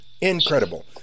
Incredible